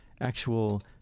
actual